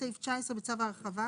טור 1 טור 2 טור 3 טור 4 רכיבי שכר ערך